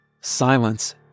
Silence